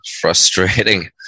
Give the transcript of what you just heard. frustrating